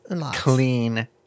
clean